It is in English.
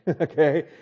okay